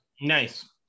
Nice